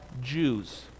Jews